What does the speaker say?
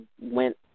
went